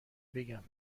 بگم